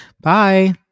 Bye